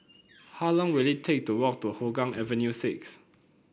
how long will it take to walk to Hougang Avenue six